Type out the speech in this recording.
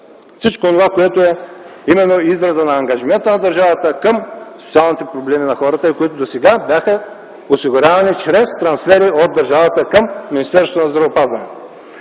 всичко онова, което е израз на ангажимента на държавата към социалните проблеми на хората, които досега бяха осигурявани чрез трансфери от държавата към Министерството на здравеопазването.